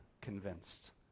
convinced